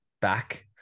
back